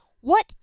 What